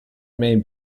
may